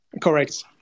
correct